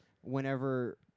Whenever